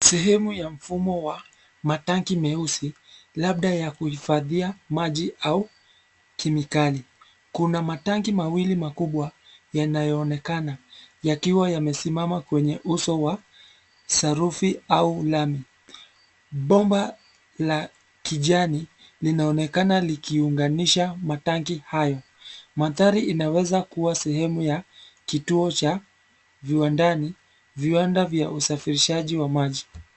Sehemu ya mfumo wa matanki meusi labda ya kuhifadhia maji au kemikali. Kuna matanki mawili makubwa yanayoonekana yakiwa yamesimama kwenye uso wa sarufi au lami. Bomba la kijani linaonekana likiunganisha matanki hayo. Mandhari inaweza kuwa sehemu ya kituo cha viwandani , viwanda vya vya usafirishaji wa maji.